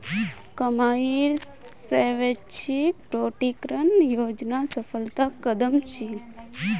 कमाईर स्वैच्छिक प्रकटीकरण योजना सफल कदम छील